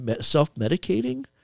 self-medicating